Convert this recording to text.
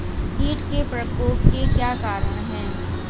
कीट के प्रकोप के क्या कारण हैं?